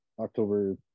October